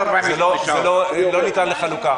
זה לא ניתן לחלוקה.